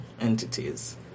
entities